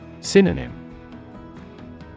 Synonym